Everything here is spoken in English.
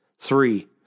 Three